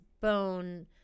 bone